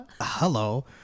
hello